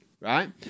right